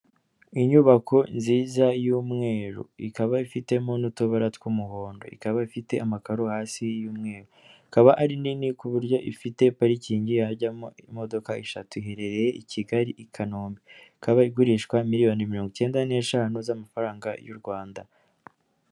Inyubako nziza y'umweru ikaba ifitemo n'utubara tw'umuhondo, ikaba ifite amakaro hasi y'umweru, ikaba ari nini ku buryo ifite parikingi yajyamo imodoka eshatu, iherereye i Kigali, i Kanombe ikaba igurishwa miliyoni mirongo icyenda n'eshanu z'amafaranga y'u Rwanda.